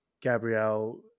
Gabrielle